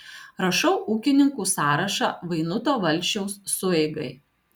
rašau ūkininkų sąrašą vainuto valsčiaus sueigai